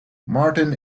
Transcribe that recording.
martin